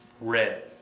red